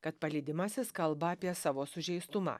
kad palydimasis kalba apie savo sužeistumą